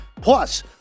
plus